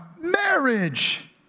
marriage